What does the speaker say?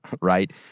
Right